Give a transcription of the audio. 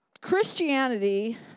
Christianity